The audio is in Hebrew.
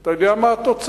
אתה יודע מה התוצאה?